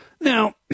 Now